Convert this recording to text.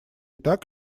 так